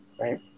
right